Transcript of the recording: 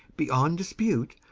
beyond dispute,